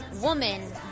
woman